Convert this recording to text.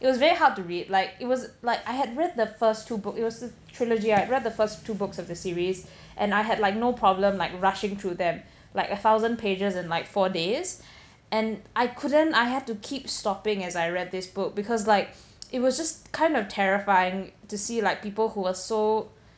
it was very hard to read like it was like I had read the first two book it was a trilogy I read the first two books of the series and I had like no problem like rushing through them like a thousand pages a night four days and I couldn't I had to keep stopping as I read this book because like it was just kind of terrifying to see like people who are so